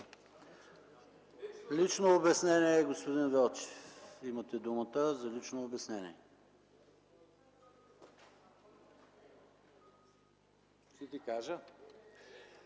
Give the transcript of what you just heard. Лично обяснение – господин Велчев. Имате думата за лично обяснение. (Реплики.)